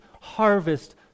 harvest